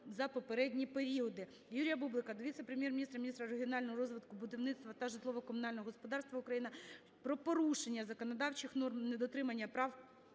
за попередні періоди.